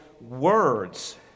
words